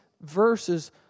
verses